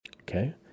Okay